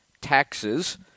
taxes